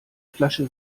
flasche